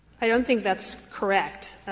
i don't think that's correct.